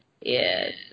Yes